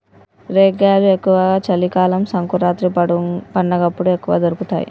రేగ్గాయలు ఎక్కువ చలి కాలం సంకురాత్రి పండగప్పుడు ఎక్కువ దొరుకుతాయి